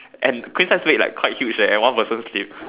and queen size bed like quite huge eh and one person sleep